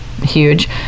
huge